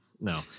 No